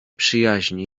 przyjaźni